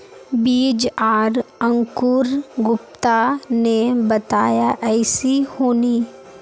बीज आर अंकूर गुप्ता ने बताया ऐसी होनी?